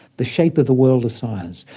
the shape of the world of science.